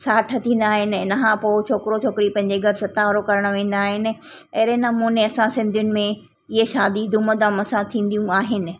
साठ थींदा आहिनि इन खां पोइ छोकिरो छोकिरी पंहिंजे घरु सतावड़ो करणु वेंदा आहिनि अहेड़े नमूने असां सिंधियुनि में इएं शादी धूम धाम सां थींदियूं आहिनि